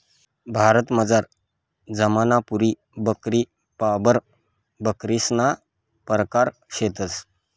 भारतमझार जमनापुरी बकरी, बार्बर बकरीसना परकार शेतंस